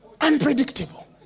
Unpredictable